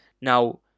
Now